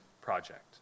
project